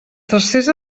tercers